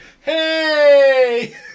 Hey